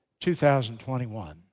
2021